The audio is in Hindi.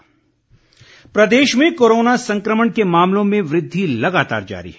हिमाचल कोरोना प्रदेश में कोरोना संकमण के मामलों में वृद्धि लगातार जारी है